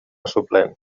suplent